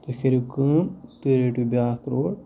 تُہۍ کٔرِو کٲم تُہۍ رٔٹِو بیٛاکھ روڈ